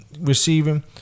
receiving